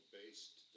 based